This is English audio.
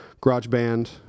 GarageBand